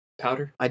powder